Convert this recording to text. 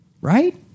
right